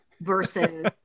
versus